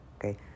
okay